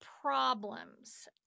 problems